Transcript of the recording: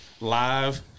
live